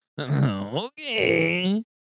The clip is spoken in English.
okay